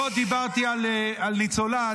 לא דיברתי על ניצולה.